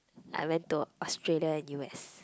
I went to Australia and U_S